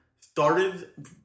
started